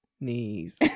knees